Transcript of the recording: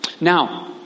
Now